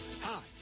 Hi